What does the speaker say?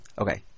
Okay